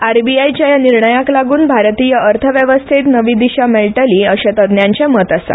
आरबीआय च्या ह्या निर्णयाक लागून भारतीय अर्थव्यवस्थेत नवी दिशा मेळटली अशें तज्ञांचे मत आसा